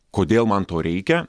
kodėl man to reikia